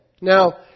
Now